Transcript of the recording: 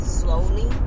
slowly